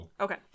okay